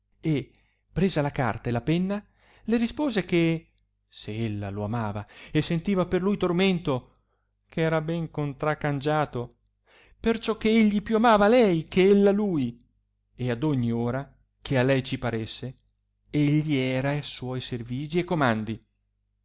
e presa la carta e la penna le rispose che se ella lo amava e sentiva per lui tormento che era ben contracangiato perciò che egli più amava lei che ella lui e ad ogni ora che a lei ci paresse egli era a suoi servigi e comandi